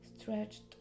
stretched